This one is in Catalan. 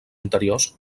interiors